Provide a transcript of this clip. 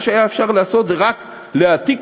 מה שאפשר היה לעשות זה רק להעתיק